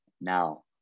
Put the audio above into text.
Now